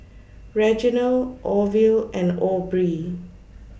Reginald Orville and Aubrie